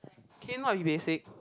can you not be basic